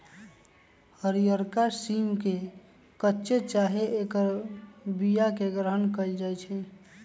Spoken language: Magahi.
हरियरका सिम के कच्चे चाहे ऐकर बियाके ग्रहण कएल जाइ छइ